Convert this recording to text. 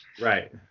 Right